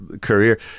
career